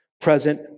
present